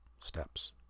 steps